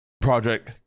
Project